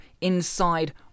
inside